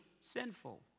sinful